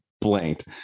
blanked